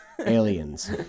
Aliens